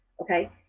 okay